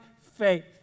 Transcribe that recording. faith